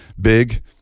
big